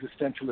existentialist